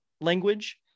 language